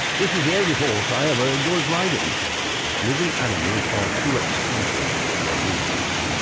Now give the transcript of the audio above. this was the only horse i ever enjoyed riding living animals are too eccentric in their movements,